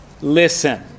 listen